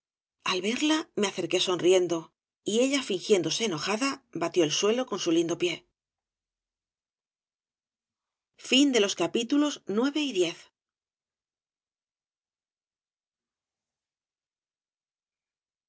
al verla me acerqué sonriendo y ella fingiéndose enojada batió el suelo con su lindo pie